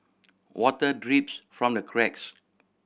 water drips from the cracks